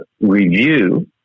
review